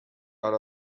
out